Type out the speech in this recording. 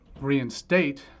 reinstate